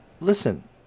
listen